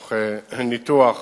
תוך ניתוח